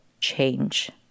change